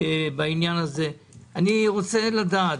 אני רוצה לדעת